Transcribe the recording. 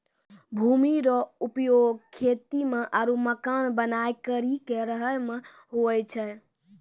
भूमि रो उपयोग खेती मे आरु मकान बनाय करि के रहै मे हुवै छै